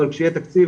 אבל שכשיהיה תקציב,